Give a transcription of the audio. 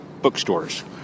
bookstores